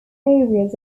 areas